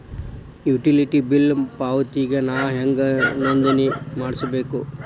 Utility bill ಪಾವತಿಗೆ ನಾ ಹೆಂಗ್ ನೋಂದಣಿ ಮಾಡ್ಸಬೇಕು?